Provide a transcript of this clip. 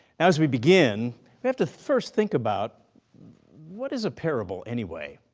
as we begin we have to first think about what is a parable anyway.